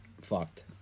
fucked